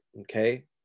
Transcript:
okay